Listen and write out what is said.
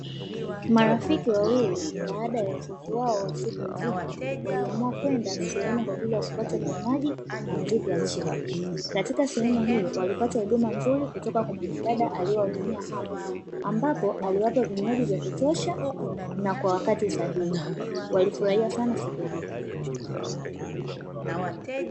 Marafiki wawili baada ya uchovu wao wa siku nzima waliamua, kwenda sehemu kwa ajili ya kupata vinywaji na mziki wa chini, katika sehemu hii walipata huduma nzuri kutoka kwa mwanadada aliyewahudumia hapo, ambapo aliwapa vinywaji vya kutosha na kwa wakati sahihi, walifurahia sana siku hii.